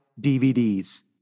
DVDs